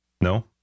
no